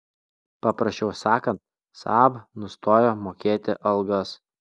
paprasčiau sakant saab nustojo mokėti algas